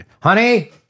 honey